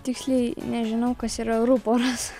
tiksliai nežinau kas yra ruporas